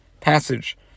passage